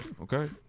Okay